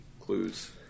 clues